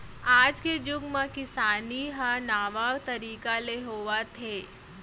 आज के जुग म किसानी ह नावा तरीका ले होवत हे